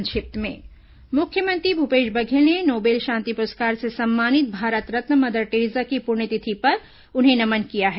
संक्षिप्त समाचार मुख्यमंत्री भूपेश बघेल ने नोबेल शांति पुरस्कार से सम्मानित भारत रत्न मदर टेरेसा की पुण्यतिथि पर उन्हें नमन किया है